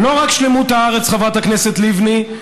לא רק שלמות הארץ, חברת הכנסת לבני,